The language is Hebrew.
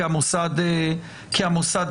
כי המוסד סגור.